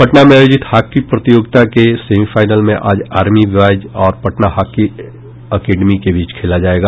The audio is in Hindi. पटना में आयोजित हॉकी प्रतियोगिता के सेमीफाइनल में आज आर्मी ब्यॉज और पटना हॉकी अकेडमी के बीच खेला जायेगा